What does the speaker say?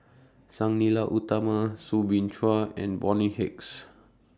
Sang Nila Utama Soo Bin Chua and Bonny Hicks